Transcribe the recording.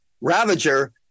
ravager